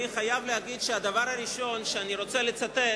אני חייב להגיד שהדבר הראשון שאני רוצה לצטט